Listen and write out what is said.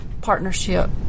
partnership